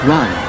Run